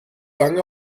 lange